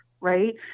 right